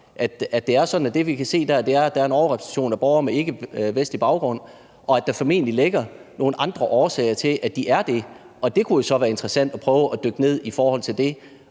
at det er sådan, at det, vi kan se der, er, at der er en overrepræsentation af borgere med ikkevestlig baggrund, og at der formentlig ligger nogle andre årsager til, at de er det. Det kunne jo så være interessant at prøve at dykke ned i forhold til det,